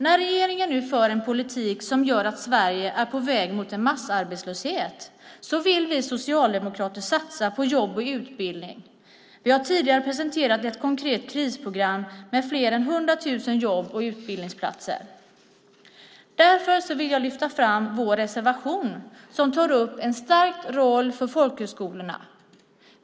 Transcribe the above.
När regeringen nu för en politik som gör att Sverige är på väg mot massarbetslöshet vill vi socialdemokrater satsa på jobb och utbildning. Vi har tidigare presenterat ett konkret krisprogram med fler än 100 000 jobb och utbildningsplatser. Därför vill jag lyfta fram vår reservation som tar upp en stärkt roll för folkhögskolorna.